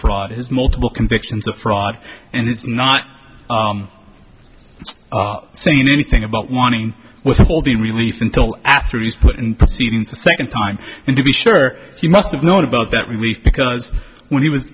fraud his multiple convictions of fraud and it's not saying anything about wanting withholding relief until after he was put in proceedings the second time and to be sure he must have known about that relief because when he was